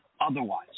otherwise